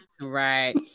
Right